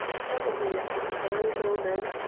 probably at this very moment,